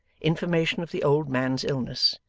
information of the old man's illness,